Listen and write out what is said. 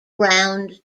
ground